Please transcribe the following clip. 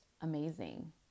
amazing